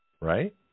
Right